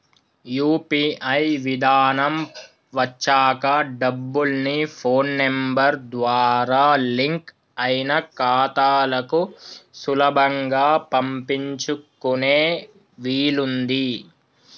UPI విధానం వచ్చాక డబ్బుల్ని ఫోన్ నెంబర్ ద్వారా లింక్ అయిన ఖాతాలకు సులభంగా పంపించుకునే వీలుంది